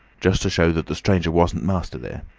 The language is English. just to show that the stranger wasn't master there,